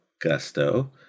gusto